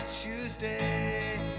Tuesday